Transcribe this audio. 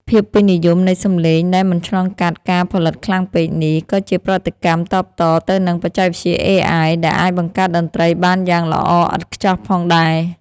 ភាពពេញនិយមនៃសម្លេងដែលមិនឆ្លងកាត់ការផលិតខ្លាំងពេកនេះ ក៏ជាប្រតិកម្មតបតទៅនឹងបច្ចេកវិទ្យា AI ដែលអាចបង្កើតតន្ត្រីបានយ៉ាងល្អឥតខ្ចោះផងដែរ។